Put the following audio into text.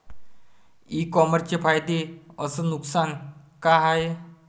इ कामर्सचे फायदे अस नुकसान का हाये